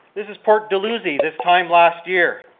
this is port dalhousie this time last year.